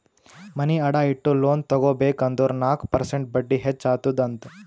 ಮನಿ ಅಡಾ ಇಟ್ಟು ಲೋನ್ ತಗೋಬೇಕ್ ಅಂದುರ್ ನಾಕ್ ಪರ್ಸೆಂಟ್ ಬಡ್ಡಿ ಹೆಚ್ಚ ಅತ್ತುದ್ ಅಂತ್